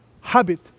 Habit